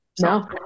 No